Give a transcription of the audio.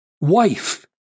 Wife